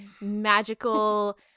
magical